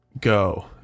Go